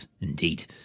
indeed